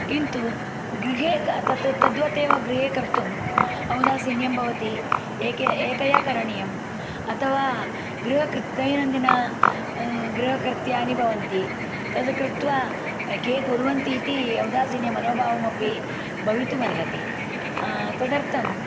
किन्तु गृहे तत् तद्वत् एव गृहे कर्तुम् औदासिन्यं भवति एकया करणीयम् अथवा दैनन्दिन गृहकृत्यानि भवन्ति तद् कृत्वा के कुर्वन्ति इति औदासिन्यमनोभावमपि भवितुमर्हति तदर्थं